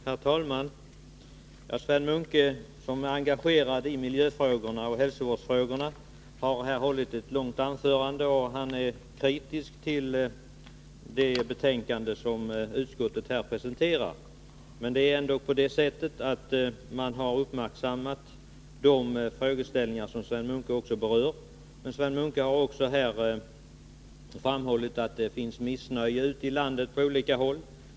Herr talman! Sven Munke, som är engagerad i miljöoch hälsovårdsfrågorna, har här hållit ett långt anförande, och han är kritisk till det betänkande som utskottet presenterat. Men det är ändock på det sättet att utskottet har uppmärksammat de frågeställningar som Sven Munke har berört. Sven Munke har också här framhållit att det på olika håll ute i landet finns missnöje.